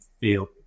feel